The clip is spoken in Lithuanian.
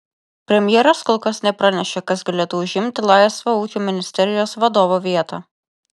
premjeras kol kas nepranešė kas galėtų užimti laisvą ūkio ministerijos vadovo vietą